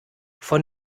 von